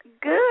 Good